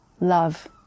love